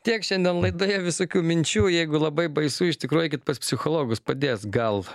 tiek šiandien laidoje visokių minčių jeigu labai baisu iš tikrųjų eikit pas psichologus padės gal